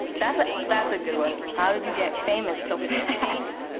that's ah that's a good one. how did you get famous so fast?